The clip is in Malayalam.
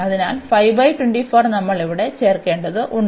അതിനാൽ നമ്മൾ ഇവിടെ ചേർക്കേണ്ടതുണ്ട്